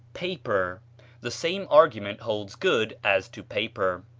paper the same argument holds good as to paper.